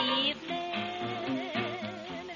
evening